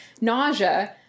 nausea